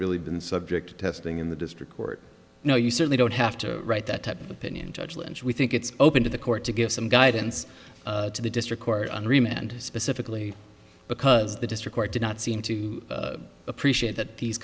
really been subject to testing in the district court now you certainly don't have to write that type of opinion judge lynch we think it's open to the court to give some guidance to the district court on remand specifically because the district court did not seem to appreciate that piece